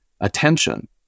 attention